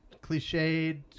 cliched